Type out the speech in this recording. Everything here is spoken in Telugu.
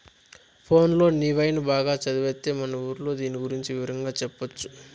పోన్లే నీవైన బాగా చదివొత్తే మన ఊర్లో దీని గురించి వివరంగా చెప్పొచ్చు